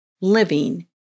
living